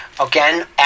Again